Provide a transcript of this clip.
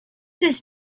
this